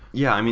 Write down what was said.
yeah,